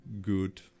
good